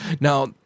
Now